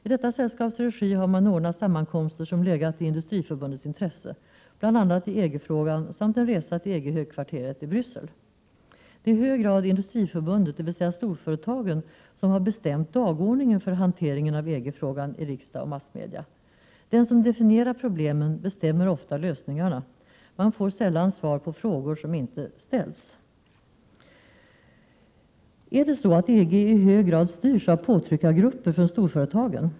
I detta sällskaps regi har man ordnat sammankomster som legat i Industriförbundets intresse, bl.a. i EG-frågan, samt en resa till EG-högkvarteret i Bryssel. Det är i hög grad Industriförbundet, dvs. storföretagen, som har ”bestämt dagordningen” för hanteringen av EG-frågan i riksdag och massmedia. Den som definierar problemen bestämmer ofta lösningarna. Man får sällan svar på frågor som inte ställs. Är det så att EG i hög grad styrs av påtryckargrupper från storföretagen?